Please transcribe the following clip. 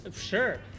Sure